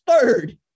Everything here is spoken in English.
third